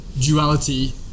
duality